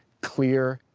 clear,